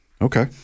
Okay